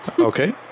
Okay